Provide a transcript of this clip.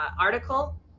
article